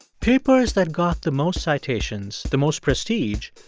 papers that got the most citations, the most prestige,